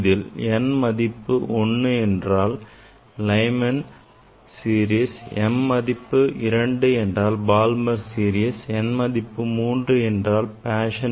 இதில் m மதிப்பு 1 என்றால் Lyman series m மதிப்பு 2 என்றால் Balmer series m மதிப்பு 3 என்றால் Paschen series